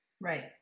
Right